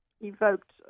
evoked